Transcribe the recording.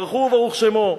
ברוך הוא וברוך שמו.